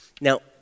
now